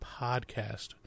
podcast